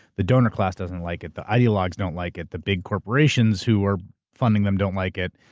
the donor class doesn't like it, the ideologues don't like it, the big corporations who are funding them don't like it.